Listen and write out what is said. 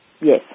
Yes